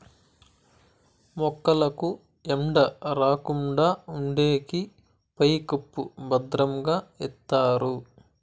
మొక్కలకు ఎండ రాకుండా ఉండేకి పైకప్పు భద్రంగా ఎత్తారు